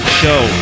show